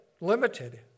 limited